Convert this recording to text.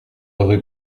rue